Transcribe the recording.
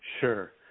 Sure